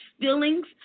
feelings